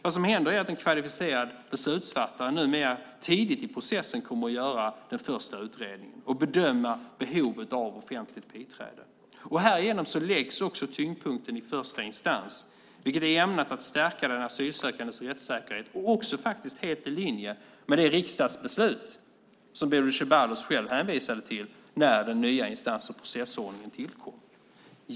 Vad som händer är att en kvalificerad beslutsfattare numera tidigt i processen kommer att göra den första utredningen och bedöma behovet av offentligt biträde. Härigenom läggs också tyngdpunkten i första instans, vilket är ämnat att stärka den asylsökandes rättssäkerhet och också faktiskt helt i linje med det riksdagsbeslut som Bodil Ceballos själv hänvisade till när den nya instans och processordningen tillkom.